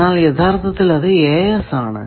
എന്നാൽ യഥാർത്ഥത്തിൽ അത് ആണ്